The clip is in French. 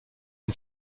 une